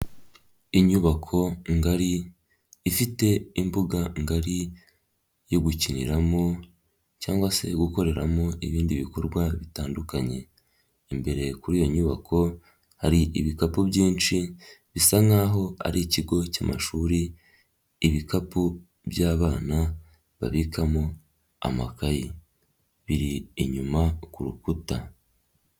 Inyubako ngari, ifite imbuga ngari yo gukiniramo cyangwa se gukoreramo ibindi bikorwa bitandukanye, imbere kuri iyo nyubako, hari ibikapu byinshi, bisa nk'aho ari ikigo cy'amashuri, ibikapu by'abana babikamo amakayi. Biri inyuma ku rukuta.